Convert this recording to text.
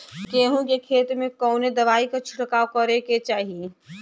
गेहूँ के खेत मे कवने दवाई क छिड़काव करे के चाही?